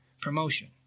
promotion